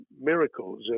miracles